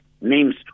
names